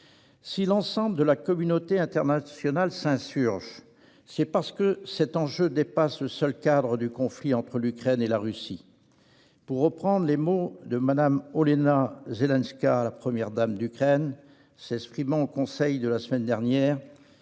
Si l'ensemble de la communauté internationale s'insurge, c'est parce que cet enjeu dépasse le seul cadre du conflit entre l'Ukraine et la Russie. Pour reprendre les mots de Mme Olena Zelenska, première dame d'Ukraine, s'exprimant devant le Conseil de l'Europe, la semaine dernière